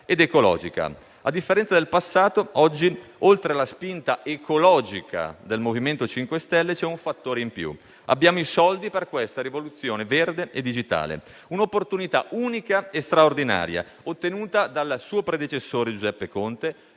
A differenza del passato, oggi oltre alla spinta ecologica del MoVimento 5 Stelle c'è un fattore in più: abbiamo i soldi per una rivoluzione verde e digitale, un'opportunità unica e straordinaria ottenuta dal suo predecessore Giuseppe Conte